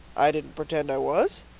i didn't pretend i was.